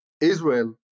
Israel